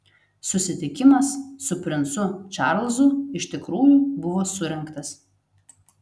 susitikimas su princu čarlzu iš tikrųjų buvo surengtas